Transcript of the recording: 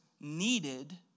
needed